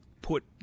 put